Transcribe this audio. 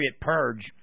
Purge